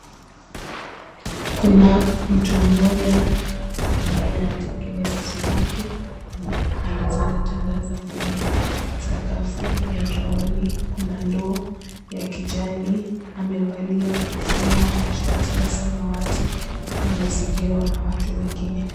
Kuna mtu mmoja ambaye anatengeneza samaki alizozitandaza kwenye sakafu ya brauni. Kuna ndoo ya kijani. Amevalia kofia na shati ya samawati. Amezingirwa na watu wengine.